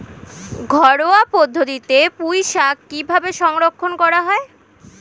ঘরোয়া পদ্ধতিতে পুই শাক কিভাবে সংরক্ষণ করা হয়?